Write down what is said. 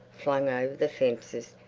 flung over the fences,